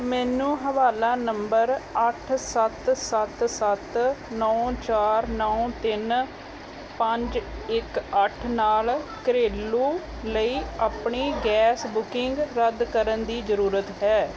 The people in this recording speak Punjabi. ਮੈਨੂੰ ਹਵਾਲਾ ਨੰਬਰ ਅੱਠ ਸੱਤ ਸੱਤ ਸੱਤ ਨੌਂ ਚਾਰ ਨੌਂ ਤਿੰਨ ਪੰਜ ਇੱਕ ਅੱਠ ਨਾਲ ਘਰੇਲੂ ਲਈ ਆਪਣੀ ਗੈਸ ਬੁਕਿੰਗ ਰੱਦ ਕਰਨ ਦੀ ਜ਼ਰੂਰਤ ਹੈ